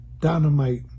dynamite